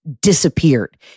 disappeared